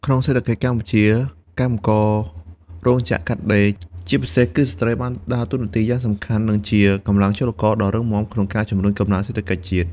ក្នុងសេដ្ឋកិច្ចកម្ពុជា កម្មកររោងចក្រកាត់ដេរ ជាពិសេសគឺស្ត្រី បានដើរតួនាទីយ៉ាងសំខាន់ និងជាកម្លាំងចលករដ៏រឹងមាំក្នុងការជំរុញកំណើនសេដ្ឋកិច្ចជាតិ។